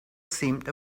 seemed